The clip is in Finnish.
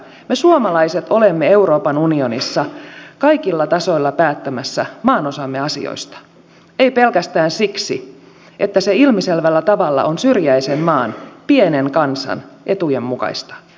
me suomalaiset olemme euroopan unionissa kaikilla tasoilla päättämässä maanosamme asioista emme pelkästään siksi että se ilmiselvällä tavalla on syrjäisen maan pienen kansan etujen mukaista